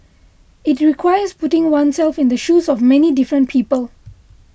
it requires putting oneself in the shoes of many different people